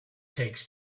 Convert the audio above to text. takes